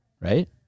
right